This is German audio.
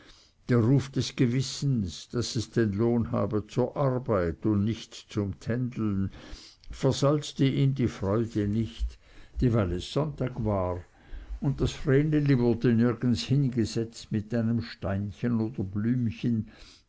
der ruf des gewissens daß es den lohn habe zur arbeit und nicht zum tändeln versalzte ihm die freude nicht die weil es sonntag war und das vreneli wurde nirgends hingesetzt mit einem steinchen oder blümchen